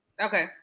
Okay